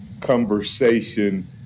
conversation